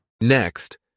Next